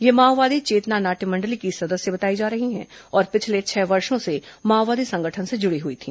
यह माओवादी चेतना नाट्य मंडली की सदस्य बताई जा रही है और पिछले छह वर्षो से माओवादी संगठन से जुड़ी हई थी